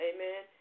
Amen